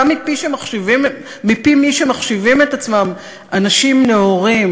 גם מפי מי שמחשיבים עצמם אנשים נאורים?